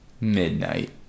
midnight